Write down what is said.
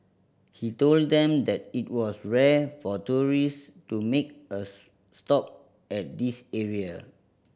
he told them that it was rare for tourists to make a stop at this area